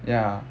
ya